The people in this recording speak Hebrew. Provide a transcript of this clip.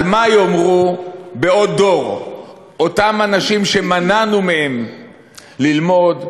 על מה יאמרו בעוד דור אותם אנשים שמנענו מהם ללמוד,